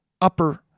upper